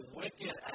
wicked